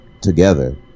together